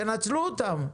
תנצלו אותם,